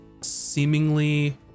seemingly